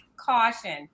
caution